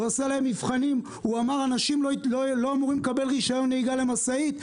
הוא עשה להם מבחנים ואמר שאנשים לא אמורים לקבל רישיון נהיגה למשאית,